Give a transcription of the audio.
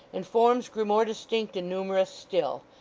and forms grew more distinct and numerous still,